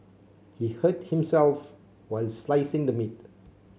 he hurt himself while slicing the meat